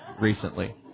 recently